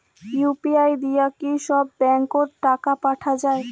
UPI দিয়া কি সব ব্যাংক ওত টাকা পাঠা যায়?